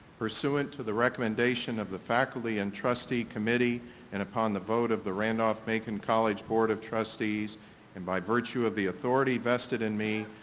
pursuant to the recommendation of the faculty and trustee committee and upon the vote of the randolph-macon college board of trustees and by virtue of the authority vested in me,